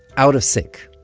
out of sync.